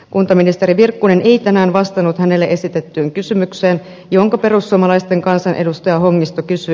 kuntaministeri virkkunen ei tänään vastannut hänelle esitettyyn kysymykseen jonka perussuomalaisten kansanedustaja hongisto kysyi